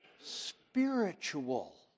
spiritual